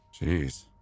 Jeez